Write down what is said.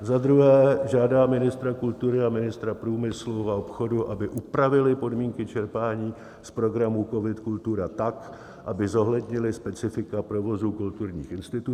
Za druhé žádá ministra kultury a ministra průmyslu a obchodu, aby upravili podmínky čerpání z programu COVID Kultura tak, aby zohlednili specifika provozu kulturních institucí.